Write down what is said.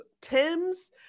Tim's